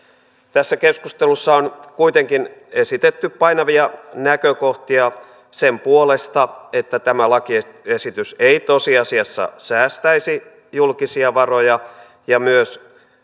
tässä keskustelussa on kuitenkin esitetty painavia näkökohtia sen puolesta että tämä lakiesitys ei tosiasiassa säästäisi julkisia varoja ja myös